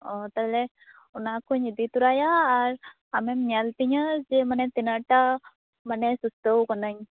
ᱚ ᱛᱟᱦᱚᱞᱮ ᱚᱱᱟᱠᱚᱧ ᱤᱫᱤ ᱛᱚᱨᱟᱭᱟ ᱟᱨ ᱟᱢᱮᱢ ᱧᱮᱞᱛᱤᱧᱟ ᱡᱮ ᱢᱟᱱᱮ ᱛᱤᱱᱟ ᱜᱼᱴᱟ ᱢᱟᱱᱮ ᱥᱩᱥᱛᱷᱚ ᱠᱟᱱᱟ ᱧ